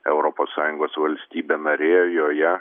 europos sąjungos valstybė narė joje